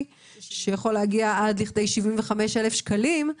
שיכול להגיע עד לכדי 75,000 שקלים,